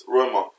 Roma